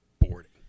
boarding